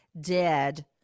dead